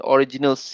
Original